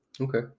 Okay